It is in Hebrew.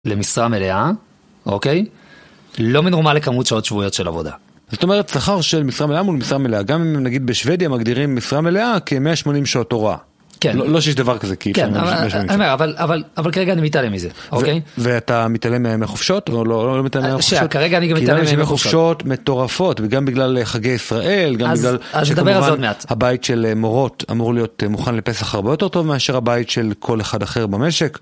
למשרה מלאה, אוקיי, לא מנורמל לכמות שעות שבועיות של עבודה. זאת אומרת, שכר של משרה מלאה מול משרה מלאה, גם נגיד בשוודיה מגדירים משרה מלאה כ-180 שעות הוראה. לא שיש דבר כזה כי... אבל כרגע אני מתעלם מזה. ואתה מתעלם מהימי חופשות? כרגע אני גם מתעלם מהימי חופשות. כי מימי חופשות מטורפות, וגם בגלל חגי ישראל, גם בגלל... אז נדבר על זה עוד מעט. הבית של מורות אמור להיות מוכן לפסח הרבה יותר טוב מאשר הבית של כל אחד אחר במשק.